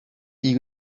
i̇yi